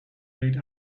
late